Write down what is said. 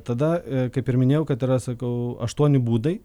tada kaip ir minėjau kad yra sakau aštuoni būdai